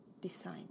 design